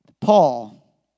Paul